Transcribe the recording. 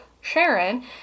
Sharon